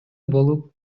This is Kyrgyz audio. болуп